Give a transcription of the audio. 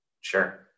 Sure